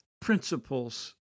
principles